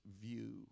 view